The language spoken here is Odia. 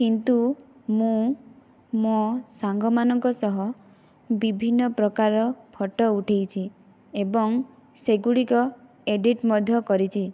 କିନ୍ତୁ ମୁଁ ମୋ ସାଙ୍ଗମାନଙ୍କ ସହ ବିଭିନ୍ନ ପ୍ରକାର ଫଟୋ ଉଠେଇଛି ଏବଂ ସେଗୁଡ଼ିକ ଏଡ଼ିଟ୍ ମଧ୍ୟ କରିଛି